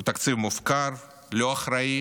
הוא תקציב מופקר, לא אחראי